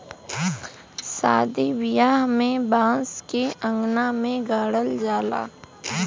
सादी बियाह में बांस के अंगना में गाड़ल जाला